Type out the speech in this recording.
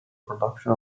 production